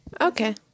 Okay